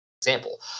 example